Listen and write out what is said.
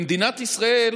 אבל למדינת ישראל